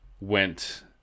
went